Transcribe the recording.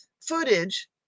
footage